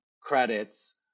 credits